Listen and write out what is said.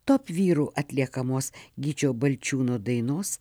top vyrų atliekamos gyčio balčiūno dainos